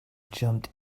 jumped